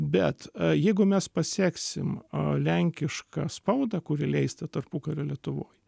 bet jeigu mes paseksim lenkišką spaudą kuri leista tarpukario lietuvoj